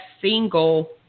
single